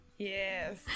yes